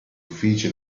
uffici